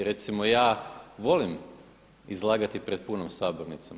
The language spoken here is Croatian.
Recimo ja volim izlagati pred punom sabornicom.